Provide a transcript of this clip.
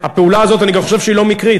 הפעולה הזאת, אני גם חושב שהיא לא מקרית.